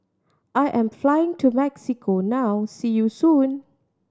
I am flying to Mexico now see you soon